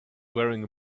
wearing